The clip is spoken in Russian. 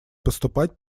поступать